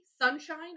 sunshine